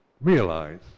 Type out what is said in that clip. realize